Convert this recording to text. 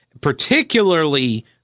particularly